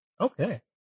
Okay